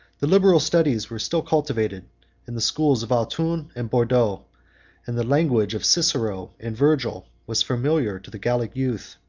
the liberal studies were still cultivated in the schools of autun and bordeaux and the language of cicero and virgil was familiar to the gallic youth.